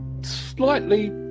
slightly